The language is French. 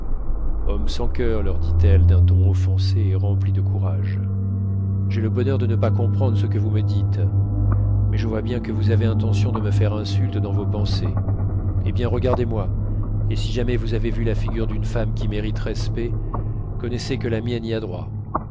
hommes sans coeur leur dit-elle d'un ton offensé et rempli de courage j'ai le bonheur de ne pas comprendre ce que vous me dites mais je vois bien que vous avez intention de me faire insulte dans vos pensées eh bien regardez-moi et si jamais vous avez vu la figure d'une femme qui mérite respect connaissez que la mienne y a droit